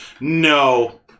no